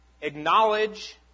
acknowledge